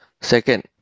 Second